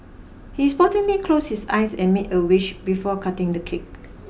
he sportingly closed his eyes and made a wish before cutting the cake